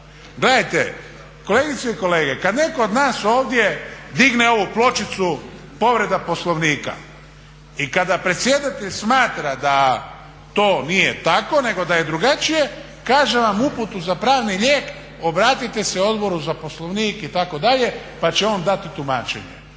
Gledajte, kolegice i kolege, kad netko od nas ovdje digne ovu pločicu povreda Poslovnika i kada predsjedatelj smatra da to nije tako nego da je drugačije, kaže vam uputu za pravni lijek obratite se Odboru za Poslovnik itd. pa će on dati tumačenje.